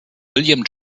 william